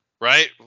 right